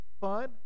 fun